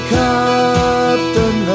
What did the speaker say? captain